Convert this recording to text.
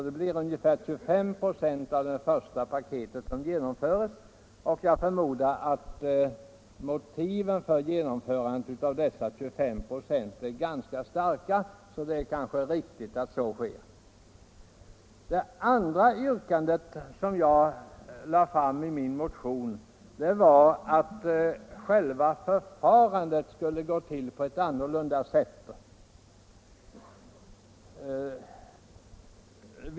Det blir ungefär 25 96 av paketet som genomförs, och jag förmodar att motiven för dessa åtgärder är ganska starka. Det är därför kanske riktigt att de genomförs. Det andra yrkandet i min motion var att själva förfarandet skulle vara ett annat.